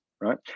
right